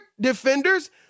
defenders